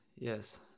Yes